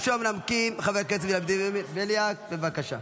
ראשון המנמקים, חבר הכנסת ולדימיר בליאק, בבקשה.